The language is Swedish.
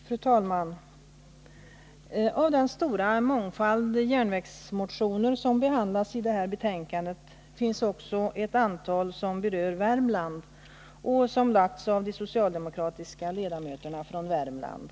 Fru talman! Av den mångfald järnvägsmotioner som behandlas i det här betänkandet finns också ett antal som berör Värmland och som väckts av de socialdemokratiska ledamöterna från Värmland.